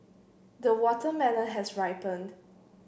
the watermelon has ripened